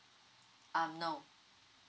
um no